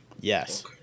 Yes